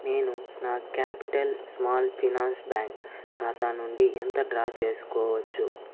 నేను నా Capital Small Finance Bank ఖాతా నుండి ఎంత డ్రా చేసుకోవచ్చు